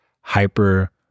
hyper